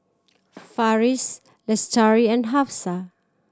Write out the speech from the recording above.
Farish Lestari and Hafsa